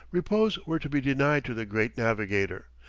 repose were to be denied to the great navigator,